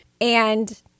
and-